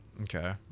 okay